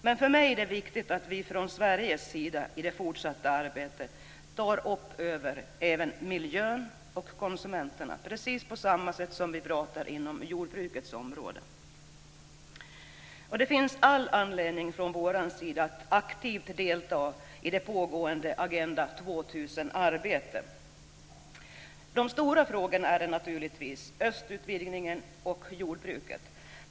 Men för mig är det viktigt att vi från Sveriges sida i det fortsatta arbetet även tar upp miljön och konsumenterna, precis på samma sätt som vi gör på jordbrukets område. Det finns all anledning för oss att aktivt delta i det pågående Agenda 2000-arbetet. De stora frågorna är naturligtvis östutvidgningen och jordbruket.